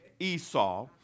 Esau